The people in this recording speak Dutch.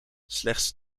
slechts